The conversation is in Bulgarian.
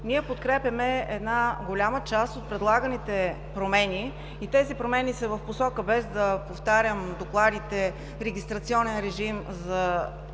ние подкрепяме една голяма част от предлаганите промени и тези промени са в посока, без да повтарям докладите, регистрационен режим за откриване